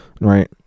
Right